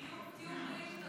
תהיו בריאים.